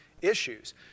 issues